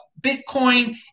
bitcoin